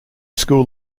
school